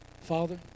Father